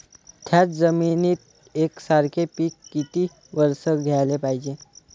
थ्याच जमिनीत यकसारखे पिकं किती वरसं घ्याले पायजे?